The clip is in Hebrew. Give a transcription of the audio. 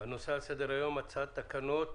הנושא על סדר היום: הצעת תקנות